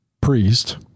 Priest